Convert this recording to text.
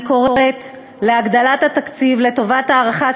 אני קוראת להגדלת התקציב לטובת הארכת